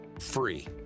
free